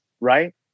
right